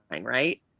right